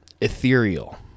ethereal